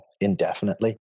indefinitely